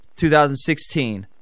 2016